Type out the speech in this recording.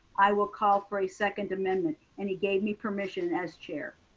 i will call for a second amendment. and he gave me permission as chair.